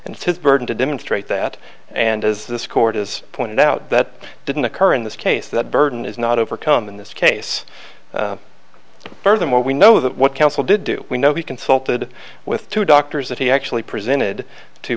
and his burden to demonstrate that and as this court has pointed out that didn't occur in this case that burden is not overcome in this case furthermore we know that what counsel did do we know he consulted with two doctors that he actually presented to